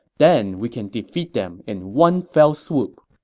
then we can defeat them in one fell swoop.